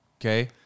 Okay